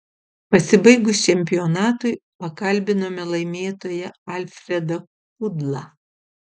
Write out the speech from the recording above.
pasibaigus čempionatui pakalbinome laimėtoją alfredą kudlą